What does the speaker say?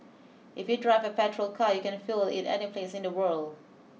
if you drive a petrol car you can fuel it any place in the world